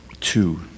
two